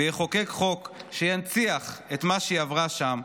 ויחוקק חוק שינציח את מה שהיא עברה שם,